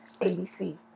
ABC